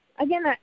again